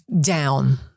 down